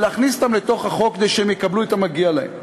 ולהכניס אותם לתוך החוק כדי שהם יקבלו את המגיע להם.